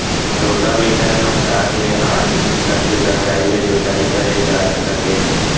rotavator म चार ले आठ इंच तक के गहराई ले जोताई करे जा सकत हे